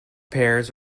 pears